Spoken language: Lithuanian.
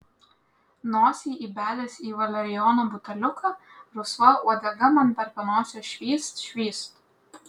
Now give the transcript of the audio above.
nosį įbedęs į valerijono buteliuką rusva uodega man per panosę švyst švyst